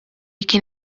kien